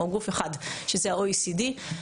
ה-OECD,